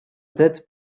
tête